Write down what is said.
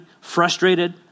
frustrated